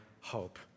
hope